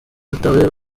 atewe